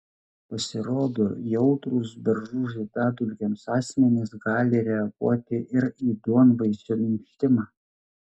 pasirodo jautrūs beržų žiedadulkėms asmenys gali reaguoti ir į duonvaisio minkštimą